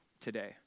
today